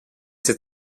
ses